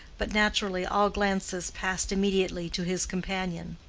but naturally all glances passed immediately to his companion.